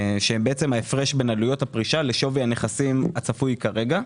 שהם ההפרש בין עלויות הפרישה לשווי הנכסים הצפוי כרגע,